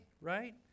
right